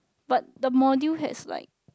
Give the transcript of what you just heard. but the module has like